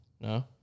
No